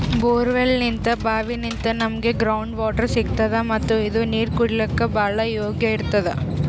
ಬೋರ್ವೆಲ್ನಿಂತ್ ಭಾವಿನಿಂತ್ ನಮ್ಗ್ ground water ಸಿಗ್ತದ ಮತ್ತ್ ಇದು ನೀರ್ ಕುಡ್ಲಿಕ್ಕ್ ಭಾಳ್ ಯೋಗ್ಯ್ ಇರ್ತದ್